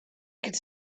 could